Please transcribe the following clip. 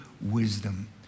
wisdom